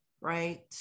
right